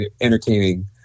entertaining